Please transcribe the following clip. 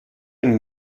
ein